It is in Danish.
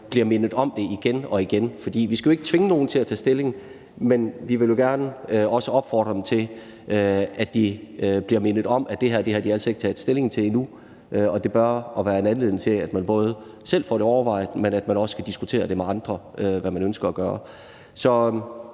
bliver mindet om det igen og igen. Vi skal jo ikke tvinge nogen til at tage stilling, men vi vil også gerne have, at de bliver mindet om, at det her har de altså ikke taget stilling til endnu. Det bør være en anledning til, at man både selv får overvejet det, men også kan diskutere med andre, hvad man ønsker at gøre.